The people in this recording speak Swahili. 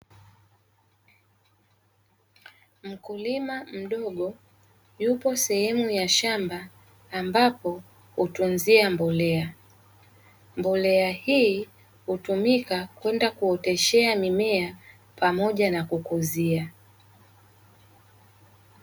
Mkulima mdogo yupo sehemu ya shamba, ambapo hutunzia mbolea. Mbolea hii hutumika kwenda kuoteshea mimea pamoja na kukuzia.